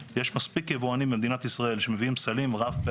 אין מספיק שוק מדינת ישראל לסלים רב פעמיים בשביל להקים מפעלים.